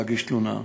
להגיש תלונה.